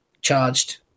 charged